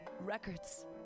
records